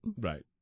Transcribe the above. Right